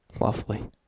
Lovely